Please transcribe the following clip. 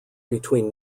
between